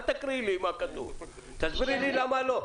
אל תקריאי לי למה לא.